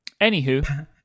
Anywho